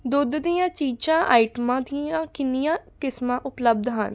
ਦੁੱਧ ਦੀਆਂ ਚੀਜ਼ਾਂ ਆਈਟਮਾਂ ਦੀਆਂ ਕਿੰਨੀਆਂ ਕਿਸਮਾਂ ਉਪਲੱਬਧ ਹਨ